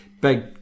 Big